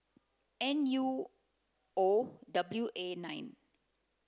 N U O W A nine